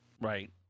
Right